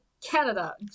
canada